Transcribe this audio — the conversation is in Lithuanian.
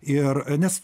ir nes